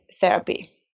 therapy